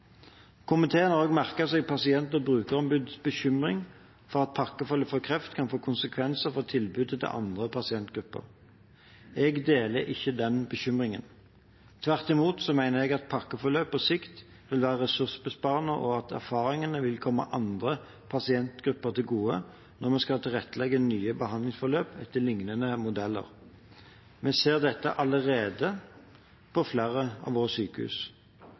Komiteen har også merket seg pasient- og brukerombudenes bekymring for at pakkeforløp for kreft kan få konsekvenser for tilbudet til andre pasientgrupper. Jeg deler ikke den bekymringen. Tvert imot mener jeg at pakkeforløp på sikt vil være ressursbesparende og at erfaringene vil komme andre pasientgrupper til gode når vi skal tilrettelegge nye behandlingsforløp etter lignende modeller. Vi ser dette allerede på flere av våre sykehus.